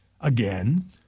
again